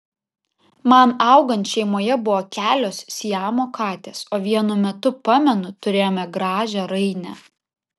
man augant šeimoje buvo kelios siamo katės o vienu metu pamenu turėjome gražią rainę